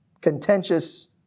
contentious